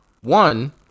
one